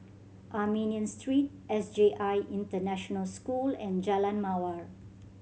Armenian Street S J I International School and Jalan Mawar